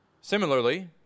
Similarly